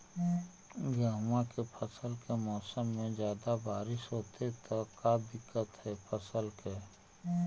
गेहुआ के फसल के मौसम में ज्यादा बारिश होतई त का दिक्कत हैं फसल के?